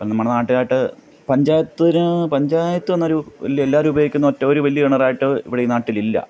നമ്മുടെ നാട്ടിലായിട്ട് പഞ്ചായത്തിൽ നിന് പഞ്ചായത്തിൽ നിന്നൊരു വലിയ എല്ലാവരും ഉപയോഗിക്കുന്ന ഒറ്റ ഒരു വലിയ കിണറായിട്ട് ഇവിടെ ഈ നാട്ടിലില്ല